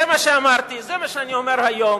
זה מה שאמרתי, זה מה שאני אומר היום.